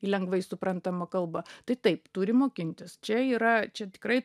į lengvai suprantamą kalbą tai taip turi mokintis čia yra čia tikrai